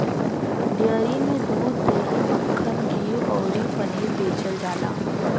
dairy में दूध, दही, मक्खन, घीव अउरी पनीर बेचल जाला